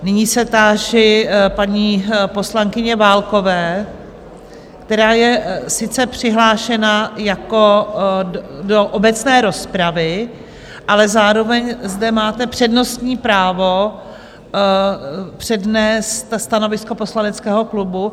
Nyní se táži paní poslankyně Válkové, která je sice přihlášena do obecné rozpravy, ale zároveň zde má přednostní právo přednést stanovisko poslaneckého klubu.